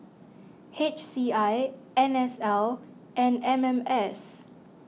H C I N S L and M M S